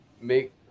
make